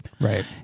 Right